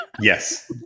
Yes